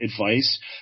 advice